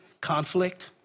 conflict